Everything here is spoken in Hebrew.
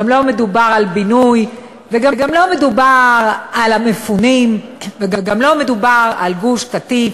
לא מדובר על בינוי וגם לא מדובר על המפונים וגם לא מדובר על גוש-קטיף,